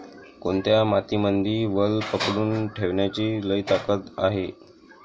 कोनत्या मातीमंदी वल पकडून ठेवण्याची लई ताकद हाये?